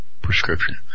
prescription